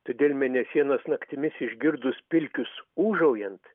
todėl mėnesienos naktimis išgirdus pilkius ūžaujant